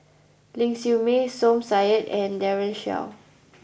Ling Siew May Som Said and Daren Shiau